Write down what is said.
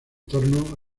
torno